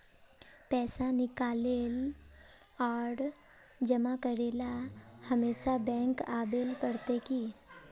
पैसा निकाले आर जमा करेला हमेशा बैंक आबेल पड़ते की?